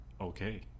Okay